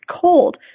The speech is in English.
cold